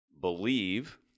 believe